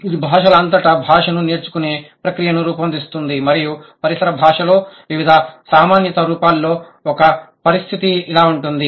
ఇది భాషల అంతటా భాషాను నేర్చుకునే ప్రక్రియను రూపొందిస్తుంది మరియు పరిసర భాషలో వివిధ సామాన్యత రూపాల్లో ఒక పరిస్థితి ఇలా ఉంటుంది